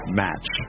match